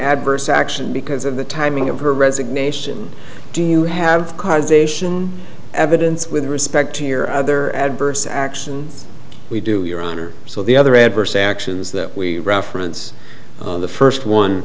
adverse action because of the timing of her resignation do you have cards ation evidence with respect to your other adverse action we do your honor so the other adverse actions that we reference the first one